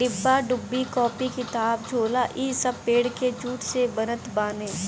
डिब्बा डुब्बी, कापी किताब, झोला इ सब पेड़ के जूट से बनत बाने